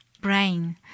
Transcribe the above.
brain